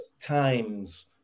times